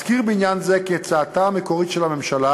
אזכיר בעניין זה כי הצעתה המקורית של הממשלה